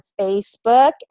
Facebook